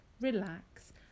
relax